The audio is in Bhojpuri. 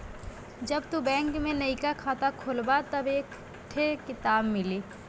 जब तू बैंक में नइका खाता खोलबा तब एक थे किताब मिली